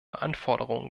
anforderungen